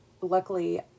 luckily